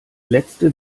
letzte